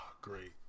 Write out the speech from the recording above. great